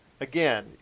again